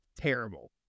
terrible